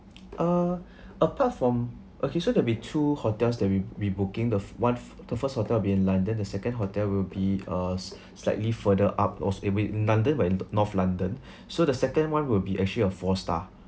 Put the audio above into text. uh apart from okay so there will be two hotels that we we booking the f~ one the first hotel will be in london the second hotel will be uh s~ slightly further up in london where in north london so the second one will be actually a four star